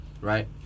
right